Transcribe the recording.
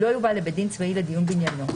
לא יובא לבית דין צבאי לדיון בעניינו,